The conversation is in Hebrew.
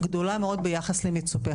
גדולה מאוד ביחס למצופה.